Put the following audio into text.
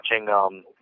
watching